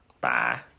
Bye